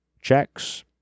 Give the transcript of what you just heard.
checks